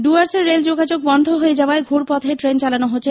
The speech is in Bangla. ডুয়ার্সের রেল যোগাযাগ বন্ধ হয়ে যাওয়ায় ঘুরপথে ট্রেন চলানো হচ্ছে